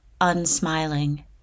unsmiling